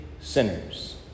sinners